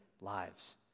lives